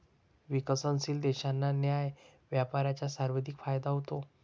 विकसनशील देशांना न्याय्य व्यापाराचा सर्वाधिक फायदा होतो